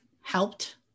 helped